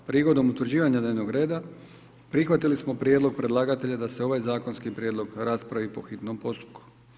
Prigodom utvrđivanja dnevnog reda prihvatili smo prijedlog predlagatelja da se ovaj zakonski prijedlog raspravi po hitnom postupku.